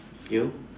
you